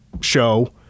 show